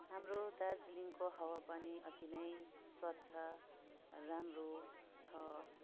हाम्रो दार्जिलिङको हावापानी अति नै स्वच्छ राम्रो छ